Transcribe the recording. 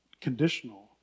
conditional